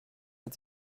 hat